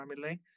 family